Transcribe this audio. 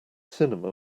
cinema